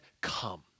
come